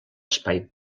espai